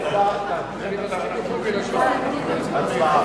הצעת חוק-יסוד: